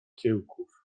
kiełków